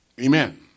amen